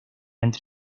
entre